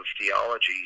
theology